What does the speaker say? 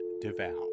devout